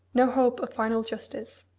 no hope of final justice.